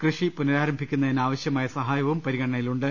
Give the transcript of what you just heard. കൃഷി പുനരാരംഭിക്കുന്നതിന് ആവശ്യമായ സഹാ യവും പരിഗണനയിലുണ്ട്